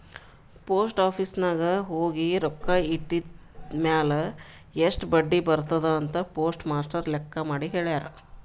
post office ನಾಗ್ ಹೋಗಿ ರೊಕ್ಕಾ ಇಟ್ಟಿದಿರ್ಮ್ಯಾಲ್ ಎಸ್ಟ್ ಬಡ್ಡಿ ಬರ್ತುದ್ ಅಂತ್ ಪೋಸ್ಟ್ ಮಾಸ್ಟರ್ ಲೆಕ್ಕ ಮಾಡಿ ಹೆಳ್ಯಾರ್